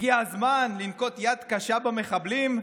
הגיע הזמן לנקוט יד קשה במחבלים,